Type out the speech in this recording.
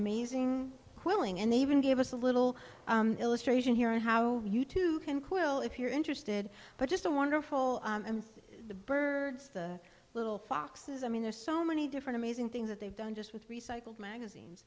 amazing quelling and they even give us a little illustration here on how you too can quill if you're interested but just a wonderful and the birds the little foxes i mean there's so many different amazing things that they've done just with recycled magazines